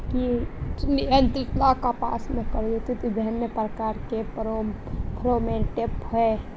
कीट नियंत्रण ला कपास में प्रयुक्त विभिन्न प्रकार के फेरोमोनटैप होई?